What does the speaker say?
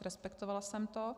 Respektovala jsem to.